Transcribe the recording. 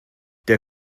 der